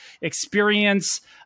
experience